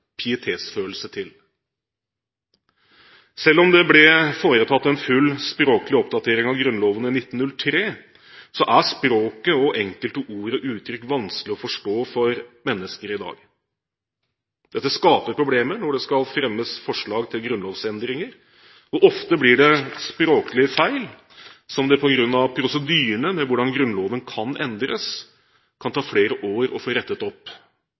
pietetsfølelse til. Selv om det ble foretatt en full språklig oppdatering av Grunnloven i 1903, er språket og enkelte ord og uttrykk vanskelig å forstå for mennesker i dag. Dette skaper problemer når det skal fremmes forslag til grunnlovsendringer. Ofte blir det språklige feil som det kan ta flere år å få rettet opp, på grunn av prosedyrene rundt hvordan Grunnloven kan endres.